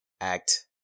act